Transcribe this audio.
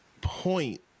point